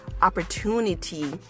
opportunity